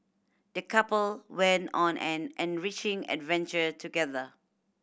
the couple went on an enriching adventure together